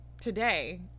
today